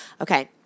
Okay